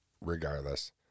regardless